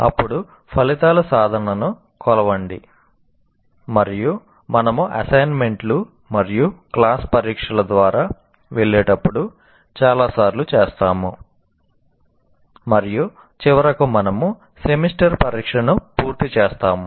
అప్పుడు ఫలితాల సాధనను కొలవండి మరియు మనము అసైన్మెంట్లు మరియు క్లాస్ పరీక్షల ద్వారా వెళ్ళేటప్పుడు చాలాసార్లు చేస్తాము మరియు చివరకు మనము సెమిస్టర్ పరీక్షను పూర్తి చేస్తాము